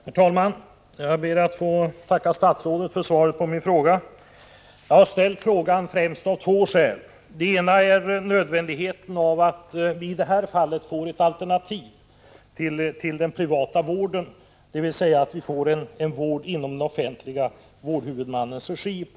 Herr talman! Jag ber att få tacka statsrådet för svaret på min fråga. Jag har ställt den främst av två skäl. Det ena skälet är nödvändigheten av att i detta fall få ett alternativ till den privata vården, dvs. en vård i den offentliga vårdhuvudmannens regi.